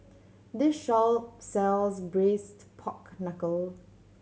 this shop sells Braised Pork Knuckle